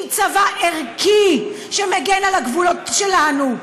עם צבא ערכי שמגן על הגבולות שלנו.